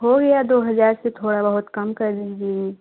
हो गया दो हज़ार से थोड़ा बहुत कम कर लेंगे